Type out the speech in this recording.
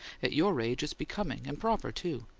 at your age it's becoming and proper, too.